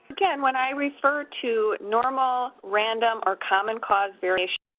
again, when i refer to normal, random, or common cause variation,